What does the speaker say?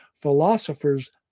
philosophers